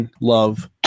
love